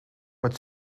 met